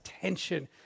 tension